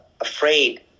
afraid